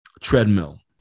treadmill